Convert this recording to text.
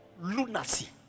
lunacy